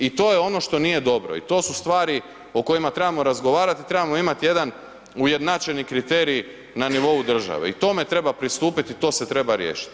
I to je ono što nije dobro i to su stvari o kojima trebamo razgovarati i trebamo imati jedan ujednačeni kriterij na nivou države i tome treba pristupiti i to se treba riješiti.